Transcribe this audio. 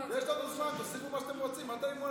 עם כל הכבוד, בבקשה להחזיר לי גם את הזמן